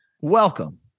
welcome